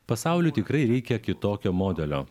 pasauliui tikrai reikia kitokio modelio